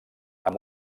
amb